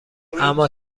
اما